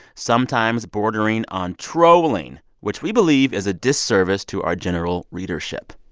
sometimes bordering on trolling, which we believe is a disservice to our general readership.